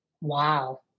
Wow